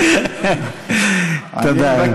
תודה.